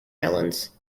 islands